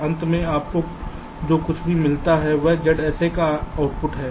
तो अंत में आपको जो कुछ भी मिलता है वह ZSA का आउटपुट है